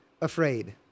afraid